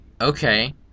Okay